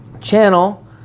channel